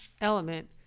element